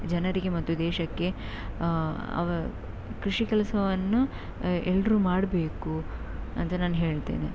ಜನರಿಗೆ ಮತ್ತು ದೇಶಕ್ಕೆ ಅವ ಕೃಷಿ ಕೆಲಸವನ್ನು ಎಲ್ಲರೂ ಮಾಡಬೇಕು ಅಂತ ನಾನು ಹೇಳ್ತೇನೆ